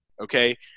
Okay